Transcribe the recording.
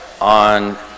on